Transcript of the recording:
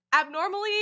abnormally